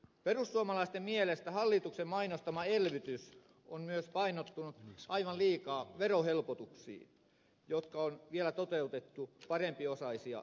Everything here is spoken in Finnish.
perussuomalaisten mielestä hallituksen mainostama elvytys on myös painottunut aivan liikaa verohelpotuksiin jotka on vielä toteutettu parempiosaisia suosivasti